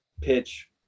pitch